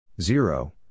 Zero